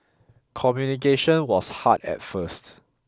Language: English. communication was hard at first